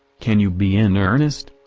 can you be in earnest?